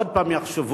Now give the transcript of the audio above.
ועוד פעם יחשבו,